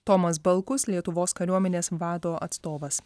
tomas balkus lietuvos kariuomenės vado atstovas